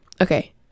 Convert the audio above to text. Okay